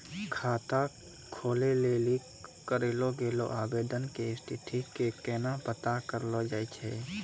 खाता खोलै लेली करलो गेलो आवेदन के स्थिति के केना पता करलो जाय छै?